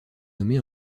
nommée